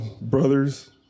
brothers